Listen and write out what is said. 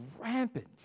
rampant